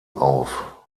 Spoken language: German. auf